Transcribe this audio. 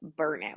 burnout